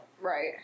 Right